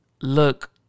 Look